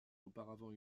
auparavant